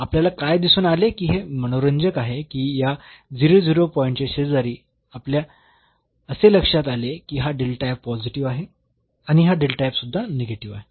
तर आपल्याला काय दिसून आले की हे मनोरंजक आहे की या पॉईंटच्या शेजारी आपल्या असे लक्षात आले की हा पॉझिटिव्ह आहे आणि हा सुद्धा निगेटिव्ह आहे